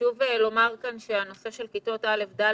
חשוב לומר כאן לגבי כיתות א'-ד',